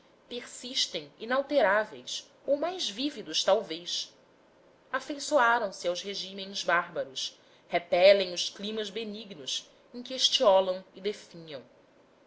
persistem inalteráveis ou mais vívidos talvez afeiçoaram se aos regimes bárbaros repelem os climas benignos em que estiolam e definham